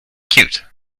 cute